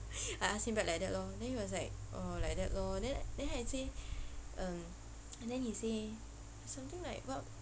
I asked him back like that lor then he was oh like that lor then then I said uh and then he say something like [what]